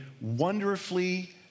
wonderfully